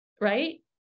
Right